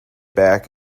back